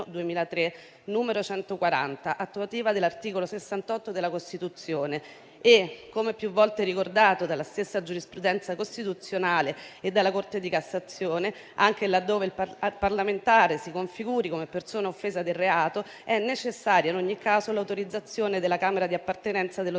n. 140, attuativa dell'articolo 68 della Costituzione e, come più volte ricordato dalla stessa giurisprudenza costituzionale e dalla Corte di cassazione, anche laddove il parlamentare si configuri come persona offesa del reato è necessario in ogni caso l'autorizzazione della Camera di appartenenza dello